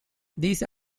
these